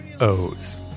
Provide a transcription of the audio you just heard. O's